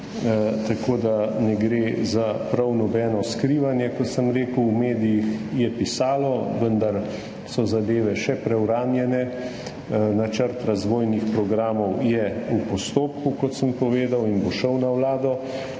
Tako da ne gre za prav nobeno skrivanje, kot sem rekel. V medijih je pisalo, vendar so zadeve še preuranjene. Načrt razvojnih programov je v postopku, kot sem povedal, in bo šel na Vlado.